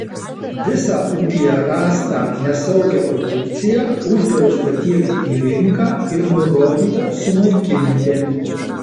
visą ūkyje rastą nesaugią produkciją uždrausta tiekti į rinką ir nurodyta sunaikinti